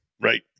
right